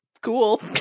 cool